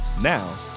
Now